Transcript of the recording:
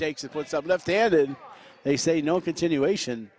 takes it puts up left there then they say no continuation